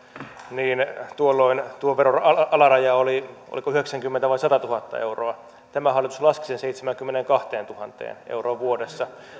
niin tuolloin tuon veron alaraja oli oliko yhdeksänkymmentätuhatta vai satatuhatta euroa tämä hallitus laski sen seitsemäänkymmeneenkahteentuhanteen euroon vuodessa